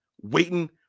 waiting